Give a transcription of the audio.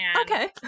Okay